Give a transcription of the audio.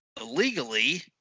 illegally